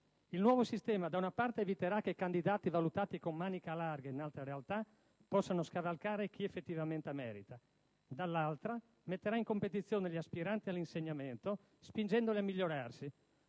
Il nuovo sistema da una parte eviterà che candidati valutati con «manica larga» in altre realtà possano scavalcare chi effettivamente merita; dall'altra metterà in "competizione" gli aspiranti all'insegnamento spingendoli a migliorarsi.